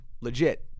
legit